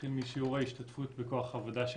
נתחיל משיעור ההשתתפות בכוח העבודה של